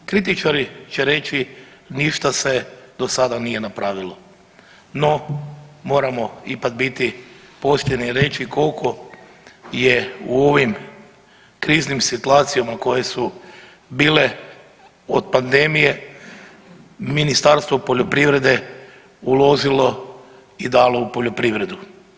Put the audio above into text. Kritičari će reći ništa se do sada nije napravilo, no moramo ipak biti pošteni i reći koliko je u ovim kriznim situacijama koje su bile od pandemije Ministarstvo poljoprivrede uložilo i dalo u poljoprivredu.